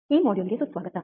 ಈ ಮಾಡ್ಯೂಲ್ಗೆ ಸುಸ್ವಾಗತ